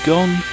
Gone